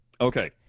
Okay